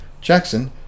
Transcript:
Jackson